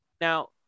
Now